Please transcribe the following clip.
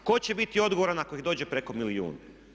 Tko će biti odgovoran ako ih dođe preko milijun?